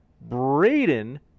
Braden